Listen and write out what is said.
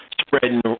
spreading